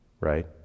Right